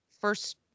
first